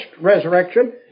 resurrection